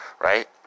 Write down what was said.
Right